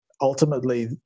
ultimately